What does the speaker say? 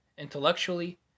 Intellectually